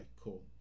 Cool